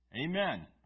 Amen